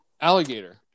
alligator